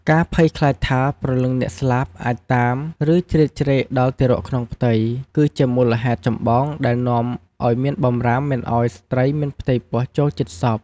ការភ័យខ្លាចថាព្រលឹងអ្នកស្លាប់អាច តាម ឬជ្រៀតជ្រែក ដល់ទារកក្នុងផ្ទៃ គឺជាមូលហេតុចម្បងដែលនាំឲ្យមានបម្រាមមិនឲ្យស្ត្រីមានផ្ទៃពោះចូលជិតសព។